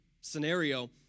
scenario